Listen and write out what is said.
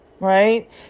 Right